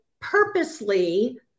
purposely